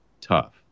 tough